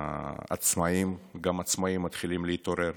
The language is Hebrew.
עצמאים, גם עצמאים מתחילים להתעורר.